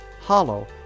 Hollow